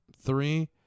three